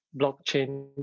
blockchain